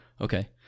Okay